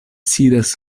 sidas